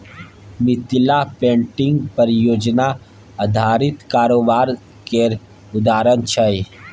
Mithila painting परियोजना आधारित कारोबार केर उदाहरण छै